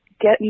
get